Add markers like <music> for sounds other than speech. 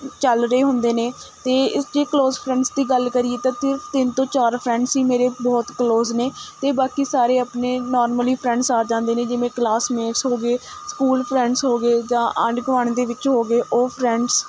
ਚੱਲ ਰਹੇ ਹੁੰਦੇ ਨੇ ਅਤੇ ਇਸ ਜੇ ਕਲੋਜ ਫਰੈਂਡਸ ਦੀ ਗੱਲ ਕਰੀਏ ਤਾਂ <unintelligible> ਤਿੰਨ ਤੋਂ ਚਾਰ ਫਰੈਂਡਸ ਹੀ ਮੇਰੇ ਬਹੁਤ ਕਲੋਜ ਨੇ ਅਤੇ ਬਾਕੀ ਸਾਰੇ ਆਪਣੇ ਨੋਰਮਲੀ ਫਰੈਂਡਸ ਆ ਜਾਂਦੇ ਨੇ ਜਿਵੇਂ ਕਲਾਸਮੇਟਸ ਹੋ ਗਏ ਸਕੂਲ ਫਰੈਂਡਸ ਹੋ ਗਏ ਜਾਂ ਆਂਢ ਗੁਆਂਢ ਦੇ ਵਿੱਚ ਹੋ ਗਏ ਉਹ ਫਰੈਂਡਸ